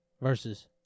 versus